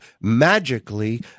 magically